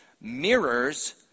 mirrors